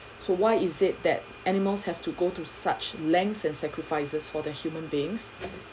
so why is it that animals have to go through such length and sacrifices for the human beings